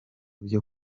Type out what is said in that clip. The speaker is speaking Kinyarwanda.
byo